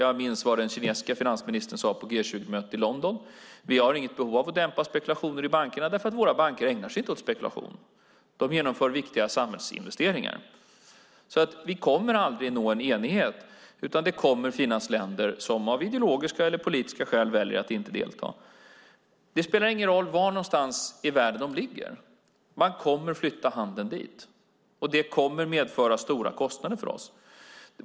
Jag minns vad den kinesiske finansministern sade på G20-mötet i London: Vi har inget behov av att dämpa spekulationer i bankerna därför att våra banker inte ägnar sig åt spekulation. De genomför viktiga samhällsinvesteringar. Vi kommer aldrig att nå enighet, utan det kommer att finnas länder som av ideologiska eller politiska skäl väljer att inte delta. Det spelar ingen roll var i världen de ligger. Man kommer ändå att flytta handeln dit. Det kommer att medföra stora kostnader för oss.